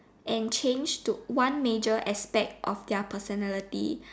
and change to one major aspect of their personality